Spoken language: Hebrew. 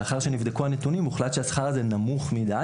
לאחר שנבדקו הנתונים הוחלט שהשכר הזה נמוך מדי